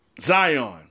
Zion